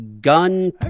gun